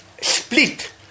split